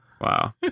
Wow